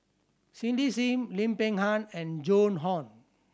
Cindy Sim Lim Peng Han and Joan Hon